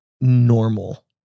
normal